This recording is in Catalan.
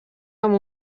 amb